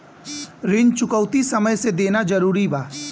ऋण चुकौती समय से देना जरूरी बा?